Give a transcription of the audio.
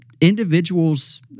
individuals